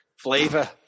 Flavor